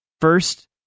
first